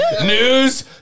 news